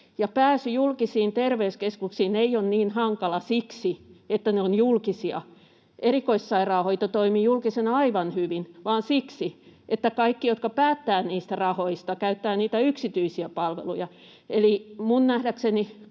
pääsy julkisiin terveyskeskuksiin ei ole niin hankalaa siksi, että ne ovat julkisia — erikoissairaanhoito toimii julkisena aivan hyvin — vaan siksi, että kaikki, jotka päättävät niistä rahoista, käyttävät niitä yksityisiä palveluja.